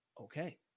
okay